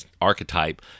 archetype